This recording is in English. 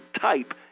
type